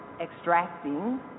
extracting